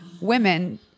women